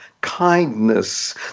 kindness